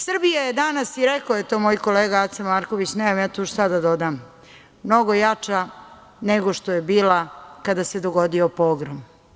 Srbija je danas, i rekao je to moj kolega Aca Marković, nemam ja tu šta da dodam, mnogo jača nego što je bila kada se dogodio pogrom.